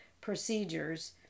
procedures